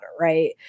Right